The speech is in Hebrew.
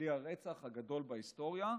כלי הרצח הגדול בהיסטוריה.